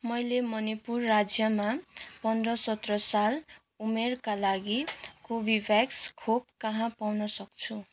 मैले मणिपुर राज्यमा पन्ध्र सत्र साल उमेरका लागि कर्बेभ्याक्स खोप कहाँ पाउन सक्छु